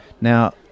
now